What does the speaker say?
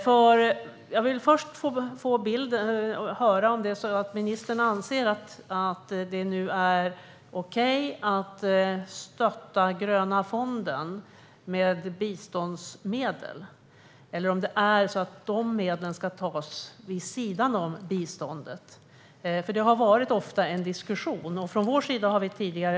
Först vill jag höra om ministern anser att det nu är okej att stötta den gröna fonden med biståndsmedel eller om de medlen ska tas vid sidan av biståndet. Det har ofta varit en diskussion om detta.